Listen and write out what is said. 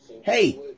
Hey